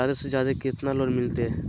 जादे से जादे कितना लोन मिलते?